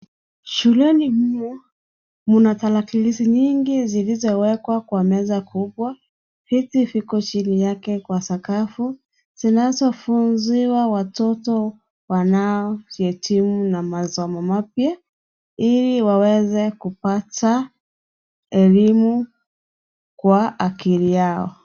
Shuleni humu mna tarakilishi mingi zilizowekwa kwa meza kubwa. Viti viko chini yake kwa sakafu zinazofunziwa watoto wanaojihitimu na masomo mapya ili waweze kupata elimu kwa akili yao.